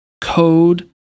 code